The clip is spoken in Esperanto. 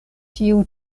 tiu